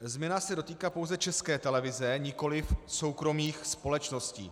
Změna do dotýká pouze České televize, nikoliv soukromých společností.